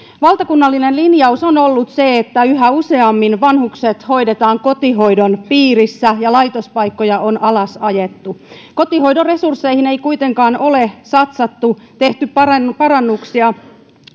valtakunnallinen linjaus on ollut se että yhä useammin vanhukset hoidetaan kotihoidon piirissä ja laitospaikkoja on alasajettu kotihoidon resursseihin ei kuitenkaan ole satsattu tehty parannuksia parannuksia